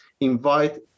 invite